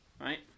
right